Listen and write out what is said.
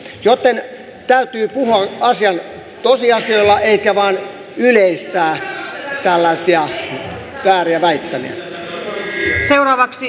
joten täytyy puhua tosiasioilla eikä vain yleistää tällaisia vääriä väittämiä